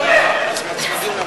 אני רוצה לדבר.